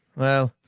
well,